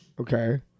okay